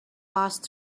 passed